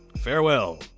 Farewell